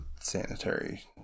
sanitary